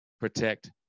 protect